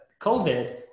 COVID